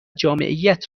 جامعیت